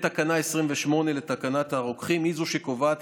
באמת תקנה 28 לתקנת הרוקחים היא זו שקובעת